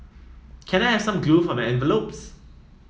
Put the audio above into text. can I have some glue for my envelopes